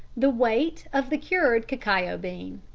the weight of the cured cacao bean.